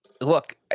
Look